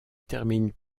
termine